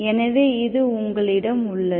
எனவே இது உங்களிடம் உள்ளது